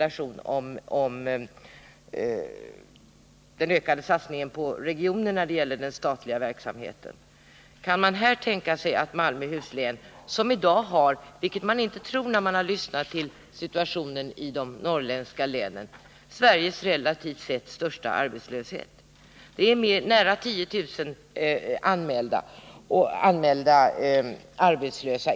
Kanske kan man i det sammanhanget tänka sig någon form av stöd i samband med avvecklingen av Tretorn. Malmöhus län har i dag, vilket man inte tror när man lyssnar till beskrivningar av situationen i de norrländska länen, Sveriges relativt sett största arbetslöshet. Länet har nära 10 000 anmälda arbetslösa.